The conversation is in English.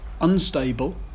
unstable